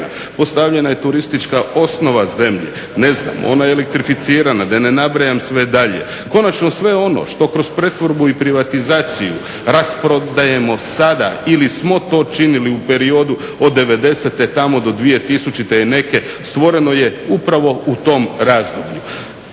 postavljena je turistička osnova zemlje, ona je elektrificirana, da ne nabrajam sve dalje. Konačno, sve ono što kroz pretvorbu i privatizaciju rasprodajemo sada ili smo to činili u periodu od '90. do 2000. i neke stvoreno je upravo u tom razdoblju.